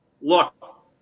Look